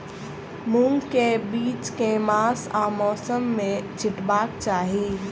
मूंग केँ बीज केँ मास आ मौसम मे छिटबाक चाहि?